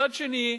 מצד שני,